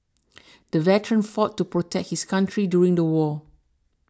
the veteran fought to protect his country during the war